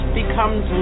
becomes